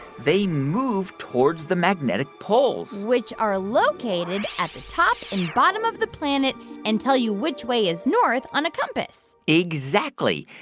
they move towards the magnetic poles which are located at the top and bottom of the planet and tell you which way is north on a compass exactly.